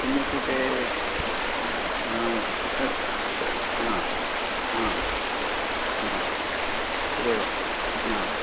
किमित्युक्ते श् हा हा हा तदेव हा